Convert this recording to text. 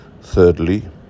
Thirdly